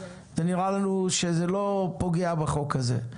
נראה לנו שזה לא פוגע בחוק הזה.